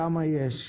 כמה יש,